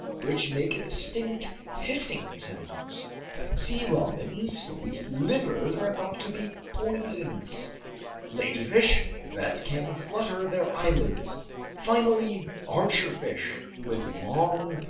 which make distinct hissing sounds sea robins whose livers are thought to be poisonous ladyfish that can flutter their eyelids finally, archerfish with long,